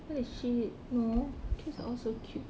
what the shit no cats are all so cute